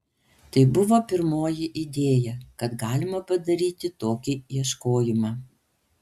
tai buvo pirmoji idėja kad galima padaryti tokį ieškojimą